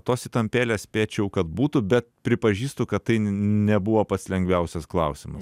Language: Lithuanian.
tos įtampėlės spėčiau kad būtų bet pripažįstu kad tai nebuvo pats lengviausias klausimas